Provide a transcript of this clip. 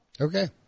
Okay